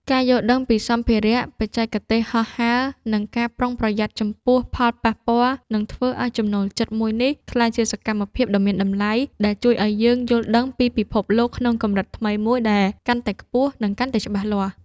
ការយល់ដឹងពីសម្ភារៈ បច្ចេកទេសហោះហើរ និងការប្រុងប្រយ័ត្នចំពោះផលប៉ះពាល់ នឹងធ្វើឱ្យចំណូលចិត្តមួយនេះក្លាយជាសកម្មភាពដ៏មានតម្លៃ ដែលជួយឱ្យយើងយល់ដឹងពីពិភពលោកក្នុងកម្រិតថ្មីមួយដែលកាន់តែខ្ពស់ និងកាន់តែច្បាស់លាស់។